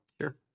sure